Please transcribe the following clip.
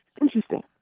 interesting